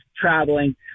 traveling